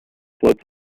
floats